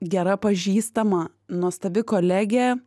gera pažįstama nuostabi kolegė